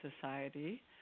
Society